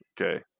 Okay